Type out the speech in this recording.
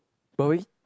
but we